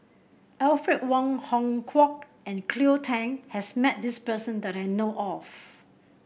Alfred Wong Hong Kwok and Cleo Thang has met this person that I know of